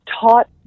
taught